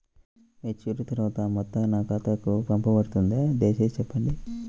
Maturity తర్వాత ఆ మొత్తం నా ఖాతాకు పంపబడుతుందా? దయచేసి చెప్పండి?